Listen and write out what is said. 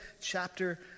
chapter